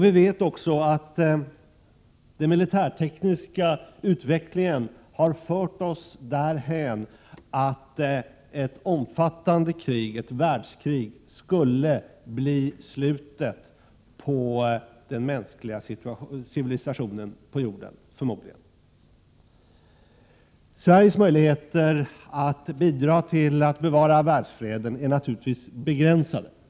Vi vet också att den militärtekniska utvecklingen har fört oss därhän att ett omfattande krig, ett världskrig, skulle bli slutet på den mänskliga civilisationen på jorden. Sveriges möjligheter att bidra till att bevara världsfreden är naturligtvis begränsade.